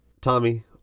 Tommy